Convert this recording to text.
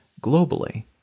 globally